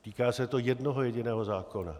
Týká se to jednoho jediného zákona.